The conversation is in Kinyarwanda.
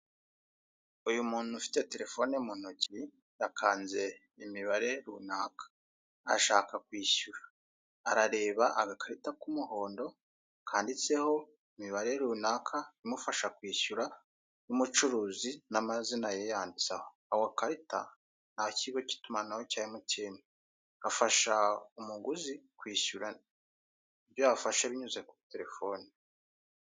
Uyu muntu ufite telefone mu ntoki, yakanze imibare runaka, ashaka kwishyura, arareba agakarita k'umuhondo kanditseho imibare runaka imufasha kwishyura, y'umucuruzi n'amazina yari yanditseho. ako gakarita ni ak'ikigo cy itumanaho cya MTN, Gafasha umuguzi kwishyura ibyo yafashe binyuze kuri telefone.